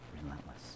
relentless